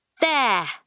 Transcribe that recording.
There